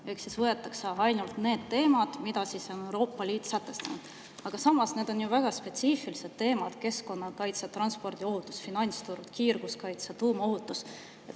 ehk siis võetakse ainult need teemad, mis Euroopa Liit on sätestanud. Samas need on ju väga spetsiifilised teemad: keskkonnakaitse, transpordiohutus, finantsturg, kiirguskaitse, tuumaohutus.